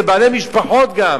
זה בעלי משפחות גם.